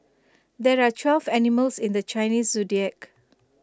there are twelve animals in the Chinese Zodiac